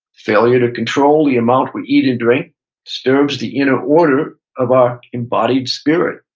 failure to control the amount we eat and drink disturbs the inner order of our embodied spirit.